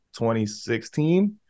2016